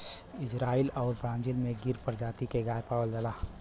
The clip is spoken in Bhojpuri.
इजराइल आउर ब्राजील में गिर परजाती के गाय पावल जाला